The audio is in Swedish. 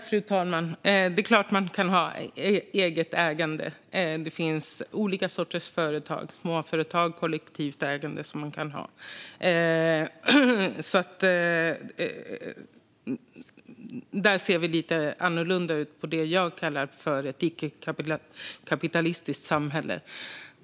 Fru talman! Det är klart att man kan ha ett ägande. Det finns olika sorters företag som man kan ha, till exempel småföretag och kollektivt ägda företag. Där ser vi lite annorlunda på det jag kallar för ett icke-kapitalistiskt samhälle.